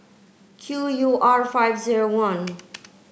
Q U R five zero one